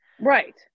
Right